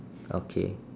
okay